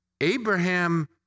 Abraham